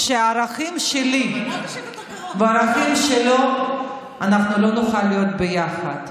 שבגלל הערכים שלי והערכים שלו אנחנו לא נוכל להיות ביחד.